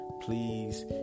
please